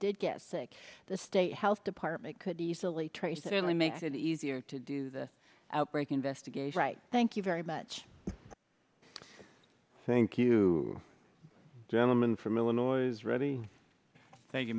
did get sick the state health department could easily trace it really makes it easier to do the outbreak investigate right thank you very much thank you gentleman from illinois ready thank